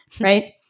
right